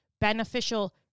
beneficial